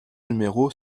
numéro